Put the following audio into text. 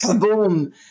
boom